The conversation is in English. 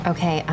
Okay